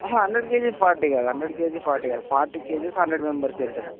hundred kg forty forty kgs hundred members తింటారు